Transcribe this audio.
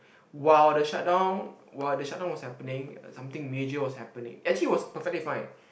while the shut down while the shut down was happening uh something major was happening actually was perfectly fine